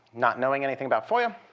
not knowing anything about foia,